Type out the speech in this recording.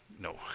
No